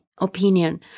opinion